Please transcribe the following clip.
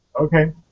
Okay